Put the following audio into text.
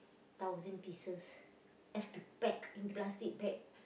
thousand pieces as the bag in plastic bag